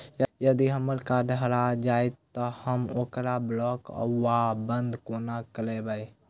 यदि हम्मर कार्ड हरा जाइत तऽ हम ओकरा ब्लॉक वा बंद कोना करेबै?